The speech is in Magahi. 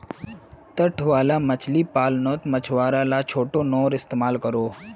तट वाला मछली पालानोत मछुआरा ला छोटो नओर इस्तेमाल करोह